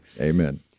Amen